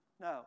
No